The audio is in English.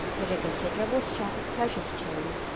with a considerable stock of precious stones,